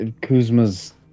Kuzma's